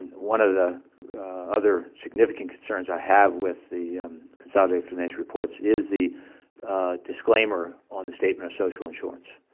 and one of the other significant concerns i have with the consolidated financial reports is the disclaimer on the statement of social insurance.